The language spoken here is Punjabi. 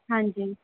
ਹਾਂਜੀ